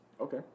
Okay